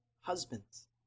husbands